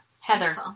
Heather